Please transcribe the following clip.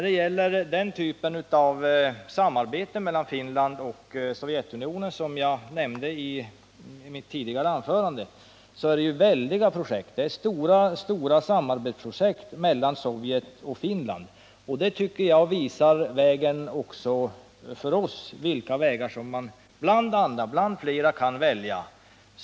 Den typ av samarbete som förekommer mellan Finland och Sovjetunionen och som jag redogjorde för i mitt tidigare anförande gäller väldiga projekt, stora samarbetsprojekt mellan Sovjet och Finland. Det tycker jag visar oss vilka vägar — bland flera — som man kan välja.